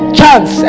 chance